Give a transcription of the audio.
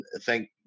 thank